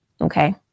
Okay